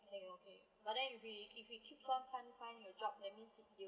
okay okay but then if he if he take long time find a job that means he will